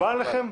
מקובל עליכם?